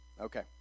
Okay